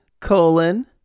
Colon